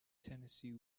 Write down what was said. tennessee